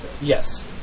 Yes